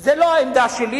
זה לא העמדה שלי.